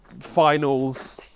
finals